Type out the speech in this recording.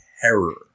terror